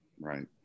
Right